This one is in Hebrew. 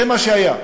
זה מה שהיה.